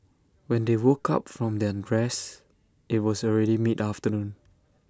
when they woke up from their rest IT was already mid afternoon